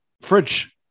Fridge